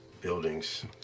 buildings